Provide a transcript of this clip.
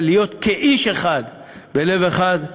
אבל להיות כאיש אחד בלב אחד,